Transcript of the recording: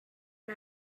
the